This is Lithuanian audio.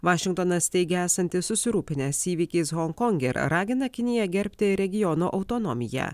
vašingtonas teigia esantis susirūpinęs įvykiais honkonge ir ragina kiniją gerbti regiono autonomiją